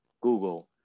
Google